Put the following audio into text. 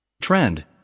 Trend